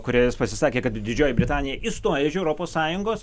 kurioje jis pasisakė kad didžioji britanija išstoja iš europos sąjungos